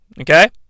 Okay